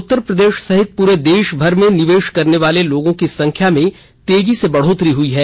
उत्तर प्रदेश सहित पूरे देश भर में निवेश करने वाले लोगों की संख्या में तेजी से बढ़ोतरी हई है